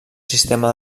sistema